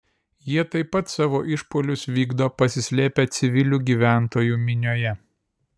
jie taip pat savo išpuolius vykdo pasislėpę civilių gyventojų minioje